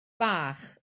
bach